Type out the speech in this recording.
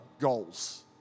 goals